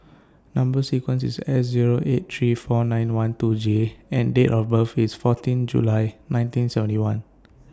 Number sequence IS S Zero eight three four nine one two J and Date of birth IS fourteen July nineteen seventy one